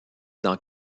dans